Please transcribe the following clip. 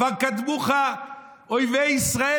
כבר קדמוך אויבי ישראל,